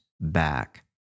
back